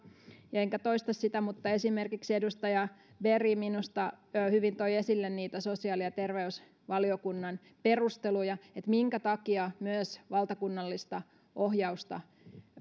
enkä toista sitä mutta esimerkiksi edustaja berg minusta hyvin toi esille niitä sosiaali ja terveysvaliokunnan perusteluja siitä minkä takia myös valtakunnallista ohjausta